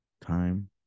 time